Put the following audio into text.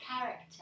character